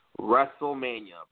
WrestleMania